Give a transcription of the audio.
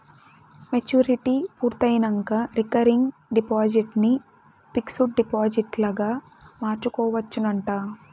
maturity పూర్తయినంక recurring deposit ని fixed డిపాజిట్గ మార్చుకోవచ్చునంట